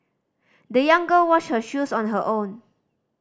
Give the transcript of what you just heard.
the young girl washed her shoes on her own